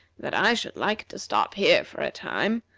that i should like to stop here for a time.